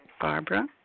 Barbara